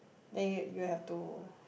then you you have to